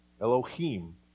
Elohim